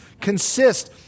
consist